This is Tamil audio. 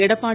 எடப்பாடி